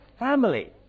Family